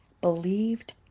believed